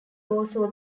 also